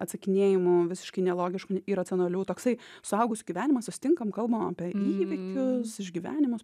atsakinėjimų visiškai nelogiškų iracionalių toksai suaugusių gyvenimas susitinkam kalbam apie įvykius išgyvenimus